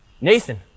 nathan